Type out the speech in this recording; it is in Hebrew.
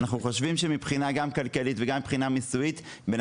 אנחנו חושבים שמבחינה כלכלית ומסויית בן